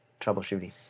Troubleshooting